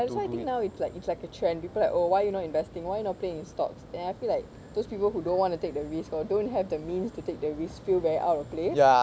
that's why I think now it's like it's like a trend people like oh why you not investing why you not playing in stocks and I feel like those people who don't want to take the risk or don't have the means to take the risk feel very out of place